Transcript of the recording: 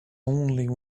only